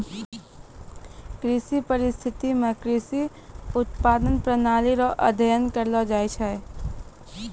कृषि परिस्थितिकी मे कृषि उत्पादन प्रणाली रो अध्ययन करलो जाय छै